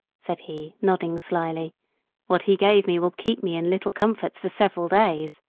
said he, nodding slyly what he gave me will keep me in little comforts for several days.